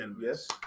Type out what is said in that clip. yes